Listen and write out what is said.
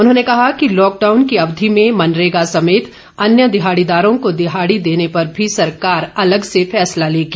उन्होंने कहा कि लॉकडाउन की अवधि में मनरेगा समेत अन्य दिहाड़ीदारों को दिहाड़ी देने पर भी सरकार अलग से फैसला लेगी